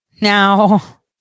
Now